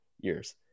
years